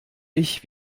ich